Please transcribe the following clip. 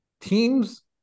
Teams